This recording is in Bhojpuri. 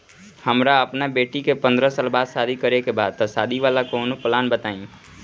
हमरा अपना बेटी के पंद्रह साल बाद शादी करे के बा त शादी वाला कऊनो प्लान बताई?